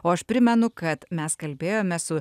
o aš primenu kad mes kalbėjome su